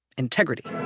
integrity